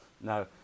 No